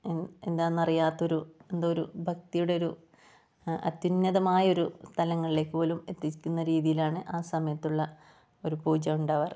എന്താന്നറിയാത്ത ഒരു എന്തോ ഒരു ഭക്തിയുടെ ഒരു അത്യുന്നതമായ ഒരു തലങ്ങളിലേക്ക് പോലും എത്തിക്കുന്ന രീതിയിലാണ് ആ സമയത്തുള്ള ഒരു പൂജ ഉണ്ടാവാറ്